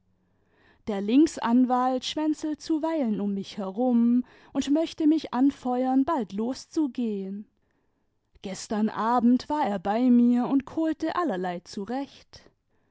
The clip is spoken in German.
der linksanwalt schwänzelt zuweilen um nuch herum und möchte mich anfeuern bald loszugehen gestern abend war er bei mir imd kohlte allerlei zurecht